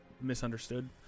misunderstood